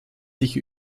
sich